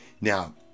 Now